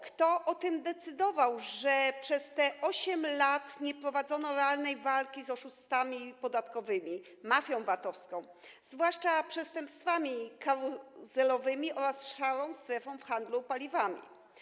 Kto decydował o tym, że przez 8 lat nie prowadzono realnej walki z oszustami podatkowymi, mafią VAT-owską, a zwłaszcza z przestępstwami karuzelowymi oraz szarą strefą w handlu paliwami?